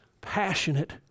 passionate